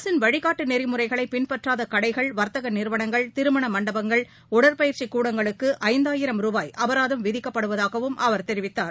அரசின் வழிகாட்டுநெறிமுறைகளைபின்பற்றாதகடைகள் வர்த்தகநிறுவனங்கள் திருமணமண்டபங்கள் உடற்பயிற்சிக் கூடங்களுக்குஐயாயிரம் ரூபாய் அபராதம் விதிக்கப்படுவதாகவும் அவர் தெரிவித்தார்